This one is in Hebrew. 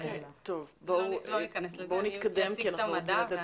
לא אכנס לזה, אני אציג את המדע.